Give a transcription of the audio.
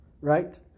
Right